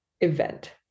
event